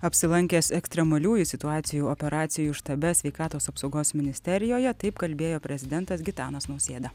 apsilankęs ekstremaliųjų situacijų operacijų štabe sveikatos apsaugos ministerijoje taip kalbėjo prezidentas gitanas nausėda